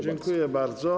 Dziękuję bardzo.